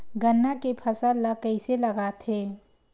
गन्ना के फसल ल कइसे लगाथे?